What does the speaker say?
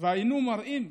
והיינו מראים,